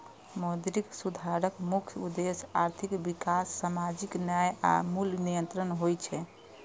मौद्रिक सुधारक मुख्य उद्देश्य आर्थिक विकास, सामाजिक न्याय आ मूल्य नियंत्रण होइ छै